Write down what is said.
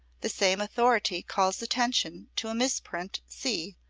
the same authority calls attention to a misprint c,